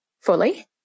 fully